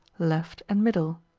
left, and middle.